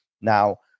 Now